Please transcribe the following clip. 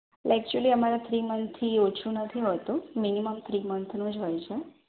એટલે એકચ્યુલી અમારે થ્રી મંથથી ઓછું નથી હોતું મિનિમમ થ્રી મંથનું જ હોય છે